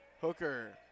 Hooker